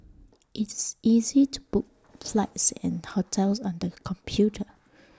it's easy to book flights and hotels on the computer